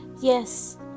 Yes